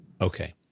Okay